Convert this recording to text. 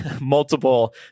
multiple